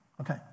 okay